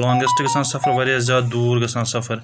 لَانٛگَیٚسٹہٕ گژھان سَفر واریاہ زیادٕ دوٗر گژھان سَفر